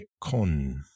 con